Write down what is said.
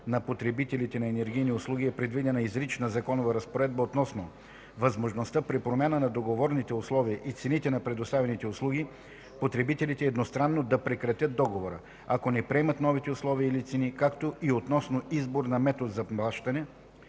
на потребителите на енергийни услуги е предвидена изрична законова разпоредба относно възможността при промяна на договорните условия и цените на предоставяните услуги, потребителите едностранно да прекратят договора, ако не приемат новите условия или цени, както и относно избор на метод на плащане,